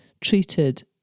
treated